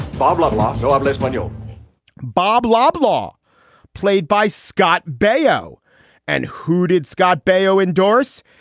blah, blah, blah, blah, blah, blah bob loblaw played by scott beo and hooted scott bayo indorse.